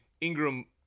Ingram